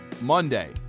Monday